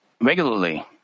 regularly